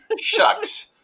shucks